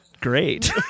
great